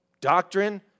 doctrine